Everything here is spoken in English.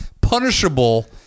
punishable